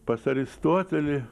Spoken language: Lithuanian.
pas aristotelį